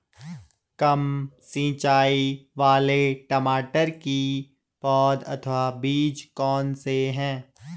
कम सिंचाई वाले टमाटर की पौध अथवा बीज कौन से हैं?